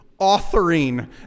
authoring